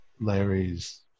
Larry's